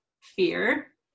fear